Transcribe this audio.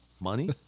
Money